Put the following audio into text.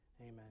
Amen